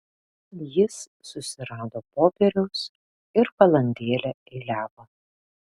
jis susirado popieriaus ir valandėlę eiliavo